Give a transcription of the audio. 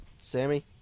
Sammy